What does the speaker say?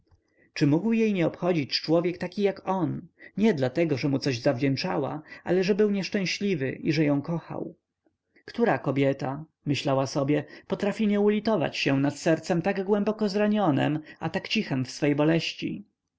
czy mógł jej nie obchodzić człowiek taki jak on nie dlatego że mu coś zawdzięczała ale że był nieszczęśliwy i że ją kochał która kobieta myślała sobie potrafi nie ulitować się nad sercem tak głęboko zranionem a tak cichem w swojej boleści